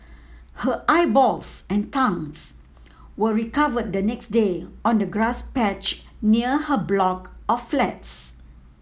her eyeballs and tongues were recovered the next day on a grass patch near her block of flats